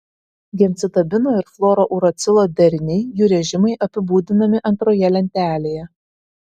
gemcitabino ir fluorouracilo deriniai jų režimai apibūdinami antroje lentelėje